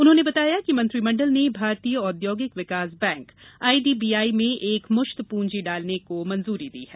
उन्होंने बताया कि मंत्रिमंडल ने भारतीय औद्योगिक विकास बैंक आईडीबीआई में एक मुश्त पूंजी डालने को मंजूरी दी है